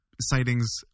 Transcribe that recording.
Sightings